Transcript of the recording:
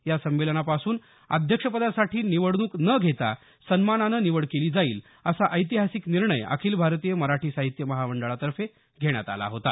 या संमेलनापासून अध्यक्षपदासाठी निवडणूक न घेता सन्मानानं निवड केली जाईल असा ऐतिहासिक निर्णय अखिल भारतीय मराठी साहित्य महामंडळातर्फे घेण्यात आला होता